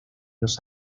los